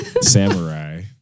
samurai